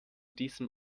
diesem